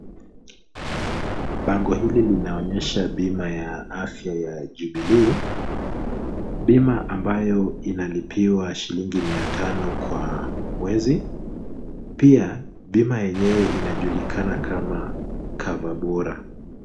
Bango hili linaonyesha bima ya afya ya jubilee, bima ambayo inalipiwa shilingi mia tano kwa mwezi, pia bima yenyewe inajulikana kama Cover Bora.